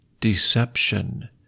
deception